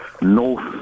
North